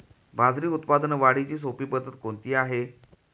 बाजरी उत्पादन वाढीची सोपी पद्धत कोणती आहे?